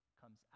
comes